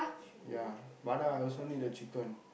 ya but I also need a chicken